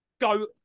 go